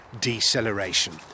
deceleration